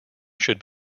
should